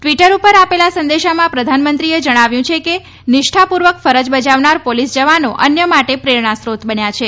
Twitter ઉપર આપેલા સંદેશામાં પ્રધાનમંત્રીએ જણાવ્યું છે કે નિષ્ઠાપૂર્વક ફરજ બજાવનાર પોલીસ જવાનો અન્ય માટે પ્રેરણાસ્ત્રોત બન્યા છે